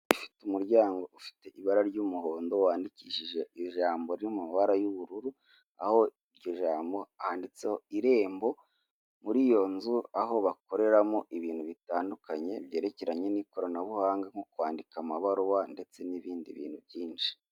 Ifite umuryango ufite ibara ry'umuhondo, wandikishije ijambo riri mu mabara y'ubururu, aho iryo jambo handitseho irembo, muri iyo nzu aho bakoreramo ibintu bitandukanye byerekeranye n'ikoranabuhanga nko kwandika amabaruwa ndetse n'ibindi bintu byinshi.